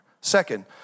Second